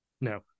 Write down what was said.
No